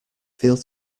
feel